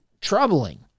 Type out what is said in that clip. troubling